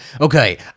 Okay